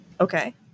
Okay